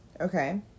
Okay